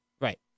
Right